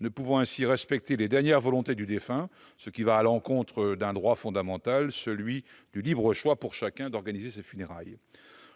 ne pouvant respecter les dernières volontés du défunt, ce qui va à l'encontre d'un droit fondamental, celui du libre choix pour chacun d'organiser ses funérailles.